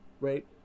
right